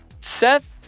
Seth